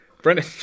Brennan